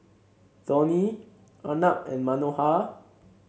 Dhoni Arnab and Manohar